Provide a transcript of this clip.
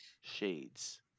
shades